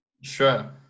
sure